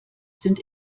sind